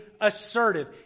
assertive